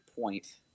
point